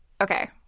okay